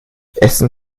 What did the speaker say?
essen